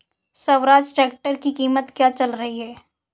Swaraj tractor की कीमत क्या चल रही है?